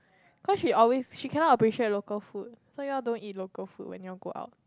cause she always she cannot appreciate local food so you all don't eat local food when you all go out